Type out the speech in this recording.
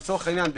לצורך העניין,